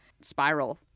spiral